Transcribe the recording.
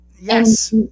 Yes